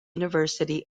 university